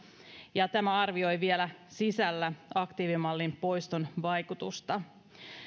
ja tämä arvio ei vielä sisällä aktiivimallin poiston vaikutusta